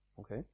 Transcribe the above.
Okay